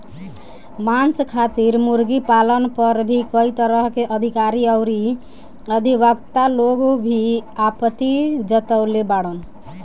मांस खातिर मुर्गी पालन पर भी कई तरह के अधिकारी अउरी अधिवक्ता लोग भी आपत्ति जतवले बाड़न